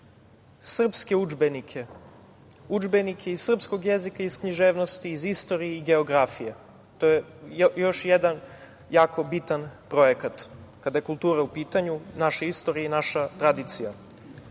srpske udžbenike, udžbenike iz srpskog jezika i književnosti, iz istorije i geografije. To je još jedan jako bitan projekat kada je kultura u pitanju, naša istorija i naša tradicija. Kultura